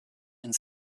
and